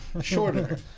shorter